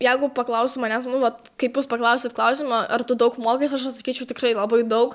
jeigu paklaustų manęs nu vat kaip jūs paklausėt klausimą ar tu daug mokais aš pasakyčiau tikrai labai daug